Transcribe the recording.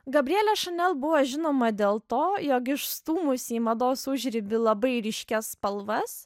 gabrielė chanel buvo žinoma dėl to jog išstūmusi į mados užribį labai ryškias spalvas